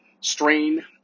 strain